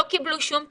לא קיבלו שום תגבור.